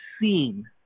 seen